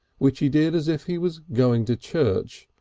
which he did as if he was going to church,